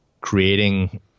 creating